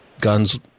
guns